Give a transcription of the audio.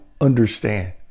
understand